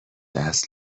دست